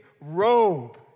robe